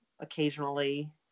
Occasionally